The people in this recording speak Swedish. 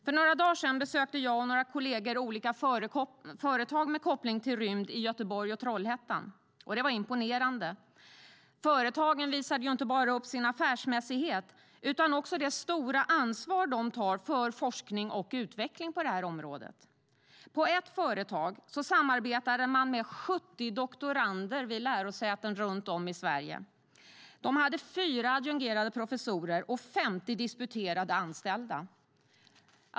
För några dagar sedan besökte jag och några kolleger olika företag med koppling till rymden i Göteborg och Trollhättan. Det var imponerande. Företagen visade upp inte bara sin affärsmässighet utan också det stora ansvar de tar för forskning och utveckling på detta område. På ett företag samarbetade man med 70 doktorander vid lärosäten runt om i Sverige. De hade 4 adjungerade professorer och 50 disputerade anställda.